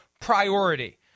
priority